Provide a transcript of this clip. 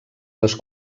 les